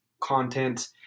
content